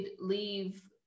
leave